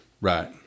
Right